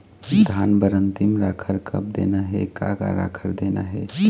धान बर अन्तिम राखर कब देना हे, का का राखर देना हे?